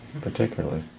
particularly